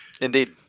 Indeed